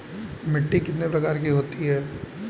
मिट्टी कितने प्रकार की होती हैं?